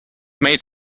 made